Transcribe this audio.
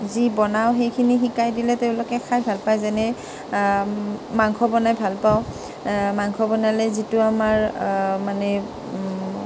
যি বনাওঁ সেইখিনি শিকাই দিলে তেওঁলোকে খাই ভাল পাই যেনে মাংস বনাই ভাল পাওঁ মাংস বনালে যিটো আমাৰ মানে